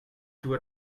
zur